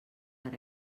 per